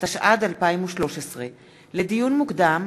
התשע"ד 2013. לדיון מוקדם: